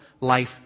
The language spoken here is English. life